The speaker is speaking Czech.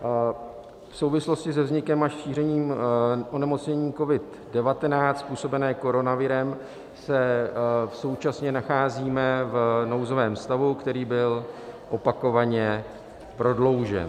V souvislosti se vznikem a šířením onemocnění COVID19 způsobeného koronavirem se současně nacházíme v nouzovém stavu, který byl opakovaně prodloužen.